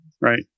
right